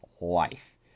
life